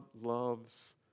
loves